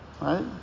Right